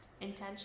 intention